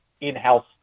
in-house